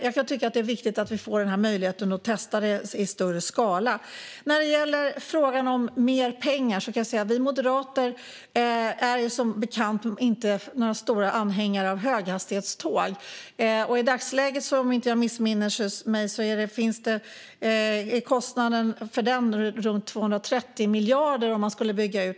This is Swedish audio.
Jag kan tycka att det är viktigt att vi får möjlighet att testa detta i större skala. När det gäller frågan om mer pengar kan jag säga att vi moderater, som bekant, inte är några stora anhängare av höghastighetståg. Om jag inte missminner mig är kostnaden i dagsläget för att bygga ut höghastighetståg runt 230 miljarder.